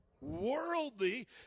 worldly